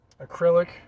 Acrylic